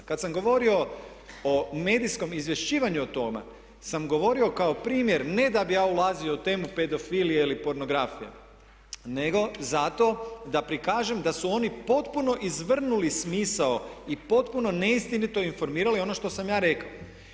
Kad sam govorio o medijskom izvješćivanju o tome sam govorio kao primjer ne da bi ja ulazio u temu pedofilije ili pornografije nego zato da prikažem da su oni potpuno izvrnuli smisao i potpuno neistinito informirali ono što sam ja rekao.